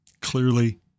clearly